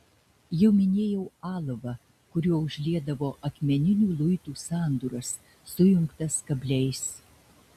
jau minėjau alavą kuriuo užliedavo akmeninių luitų sandūras sujungtas kabliais